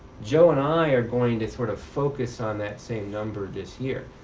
joe and i are going to sort of focus on that same number this year.